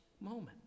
moment